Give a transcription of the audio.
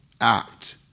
act